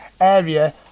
area